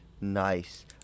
nice